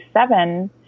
seven